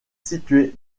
située